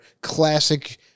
Classic